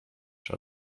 czy